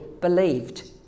believed